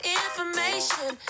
information